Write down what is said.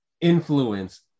influence